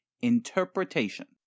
interpretation